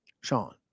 Sean